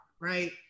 right